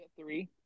three